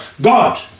God